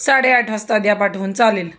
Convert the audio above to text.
साडेआठ वाजता द्या पाठवून चालेल